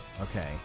Okay